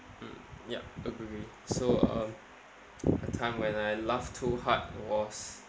mm yup agree so um a time when I laughed too hard was